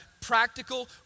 practical